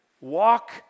Walk